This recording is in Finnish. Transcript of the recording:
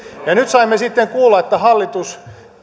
ja nyt saimme sitten kuulla että hallitus